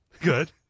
good